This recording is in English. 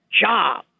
job